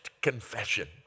confession